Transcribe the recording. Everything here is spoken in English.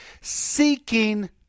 seeking